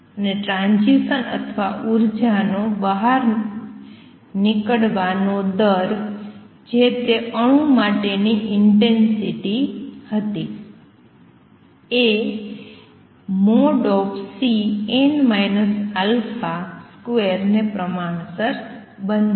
અને ટ્રાંઝીસન અથવા ઉર્જાનો બહાર નીકળવાનો દર જે તે અણુ માટેની ઇંટેંસિટી હતી એ |Cnn α|2 ને પ્રમાણસર બનશે